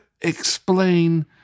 explain